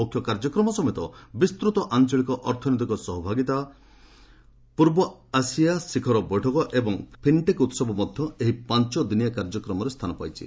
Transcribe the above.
ମୁଖ୍ୟ କାର୍ଯ୍ୟକ୍ରମ ସମେତ ବିସ୍ତୃତ ଆଞ୍ଚଳିକ ଅର୍ଥନୈତିକ ଭାଗିଦାରିତା ପୂର୍ବ ଏସିଆ ଶିଖର ବୈଠକ ଏବଂ ଫିନ୍ଟେକ୍ ଉହବ ମଧ୍ୟ ଏହି ପାଞ୍ଚ ଦିନିଆ କାର୍ଯ୍ୟକ୍ରମରେ ସ୍ଥାନ ପାଇଛି